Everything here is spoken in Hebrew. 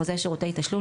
בחוזה שירותי תשלום,